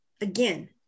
Again